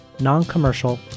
non-commercial